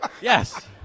Yes